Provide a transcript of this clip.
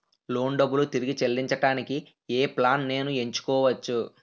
Loan డబ్బులు తిరిగి చెల్లించటానికి ఏ ప్లాన్ నేను ఎంచుకోవచ్చు?